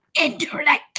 internet